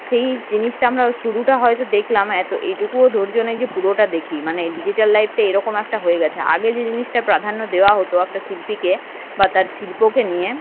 সেই জিনিসটা আমরা শুরুটা হয় তো দেখলাম এত এইটুকুও ধৈর্য নেই যে পুরোটা দেখি মানে ডিজিটাল লাইফটা এরকম একটা হয়ে গিয়েছে আগে যে জিনিসটা প্রাধান্য দেওয়া হতো একটা শিল্পীকে বা তার শিল্পকে নিয়ে